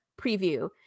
preview